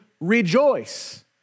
rejoice